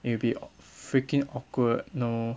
it'll be awk~ freaking awkward no